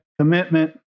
commitment